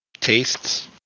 tastes